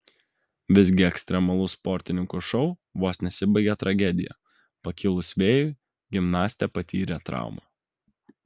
visgi ekstremalus sportininkų šou vos nesibaigė tragedija pakilus vėjui gimnastė patyrė traumą